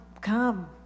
come